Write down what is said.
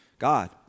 God